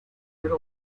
era